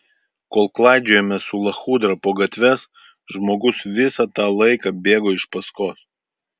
kol klaidžiojome su lachudra po gatves žmogus visą tą laiką bėgo iš paskos